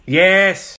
yes